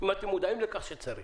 אם אתם מודעים לכך שצריך.